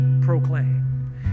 proclaim